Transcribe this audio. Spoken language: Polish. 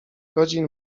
godzin